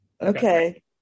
Okay